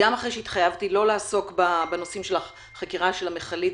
גם אחרי שהתחייבתי לא לעסוק בנושאים של החקירה של המכלית,